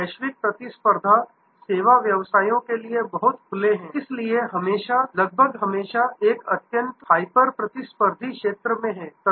ये वैश्विक प्रतिस्पर्धा सेवा व्यवसायों के लिए बहुत खुले हैं इसलिए हमेशा लगभग हमेशा एक अत्यंत हाइपर प्रतिस्पर्धी क्षेत्र में है